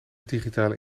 digitale